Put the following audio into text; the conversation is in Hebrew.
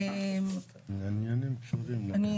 אני